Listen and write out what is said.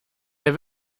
der